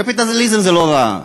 קפיטליזם זה לא רע,